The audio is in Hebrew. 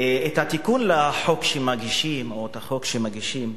התיקון לחוק שמגישים, או החוק שמגישים,